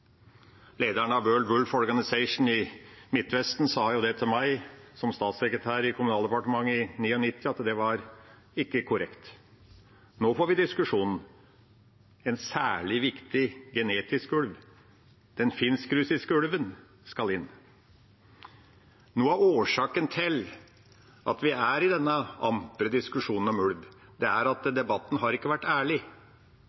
av World Wolf Organisation i Midtvesten sa til meg som statssekretær i Kommunaldepartementet i 1999 at det ikke var korrekt. Nå får vi diskusjonen om en særlig viktig genetisk ulv – den finsk-russiske ulven skal inn. Noe av årsaken til at vi er i denne ampre diskusjonen om ulv, er at